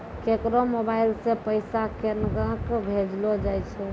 केकरो मोबाइल सऽ पैसा केनक भेजलो जाय छै?